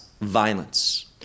violence